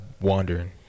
wandering